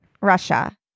Russia